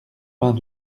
vingt